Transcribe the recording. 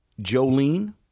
Jolene